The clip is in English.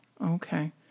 okay